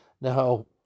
Now